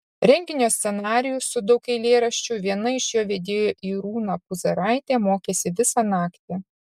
renginio scenarijų su daug eilėraščių viena iš jo vedėjų irūna puzaraitė mokėsi visą naktį